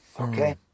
Okay